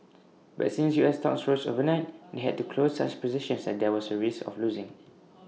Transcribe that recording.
but since U S stocks rose overnight they had to close such positions as there was A risk of losing